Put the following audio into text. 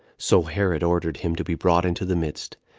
so herod ordered him to be brought into the midst,